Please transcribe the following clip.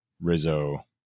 Rizzo